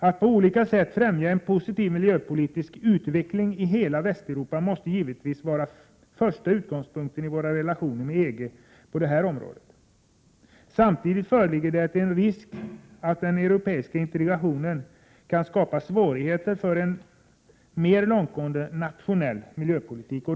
Att på olika sätt främja en positiv miljöpolitisk utveckling i hela Västeuropa måste givetvis vara den första utgångspunkten i våra relationer med EG på det här området. Samtidigt föreligger det en risk för att den europeiska integrationen kan skapa svårigheter för en mer långtgående nationell miljöpolitik.